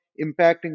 impacting